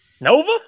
Nova